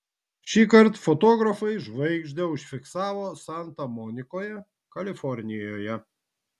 šįkart fotografai žvaigždę užfiksavo santa monikoje kalifornijoje